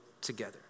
together